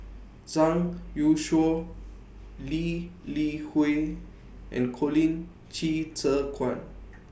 Zhang Youshuo Lee Li Hui and Colin Qi Zhe Quan